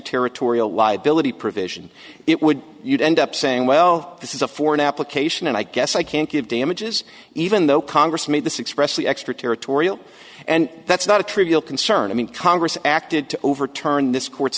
extraterritorial liability provision it would you'd end up saying well this is a foreign application and i guess i can't give damages even though congress made this express the extraterritorial and that's not a trivial concern i mean congress acted to overturn this court's